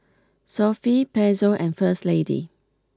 Sofy Pezzo and First Lady